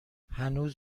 هنوز